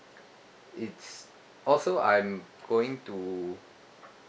it's also I'm going to